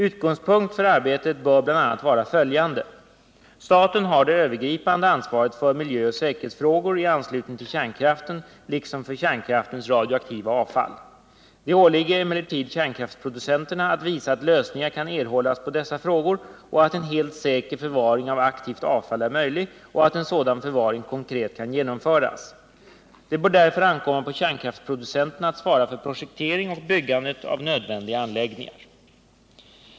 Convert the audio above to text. Utgångspunkter för arbetet bör bl.a. vara följande. Staten har det övergripande ansvaret för miljöoch säkerhetsfrågor i anslutning till kärnkraften liksom för kärnkraftens radioaktiva avfall. Det åligger emellertid kärnkraftsproducenterna att visa att lösningar kan erhållas på dessa frågor och att en helt säker förvaring av aktivt avfall är möjlig och att en sådan förvaring konkret kan genomföras. Det bör därför ankomma på kärnkraftsproducenterna att svara för projektering och byggande av nödvändiga anläggningar.